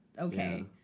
okay